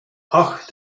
ach